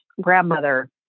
grandmother